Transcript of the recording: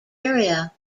area